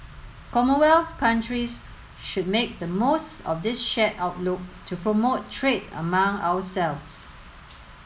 commonwealth countries should make the most of this shared outlook to promote trade among ourselves